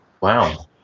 wow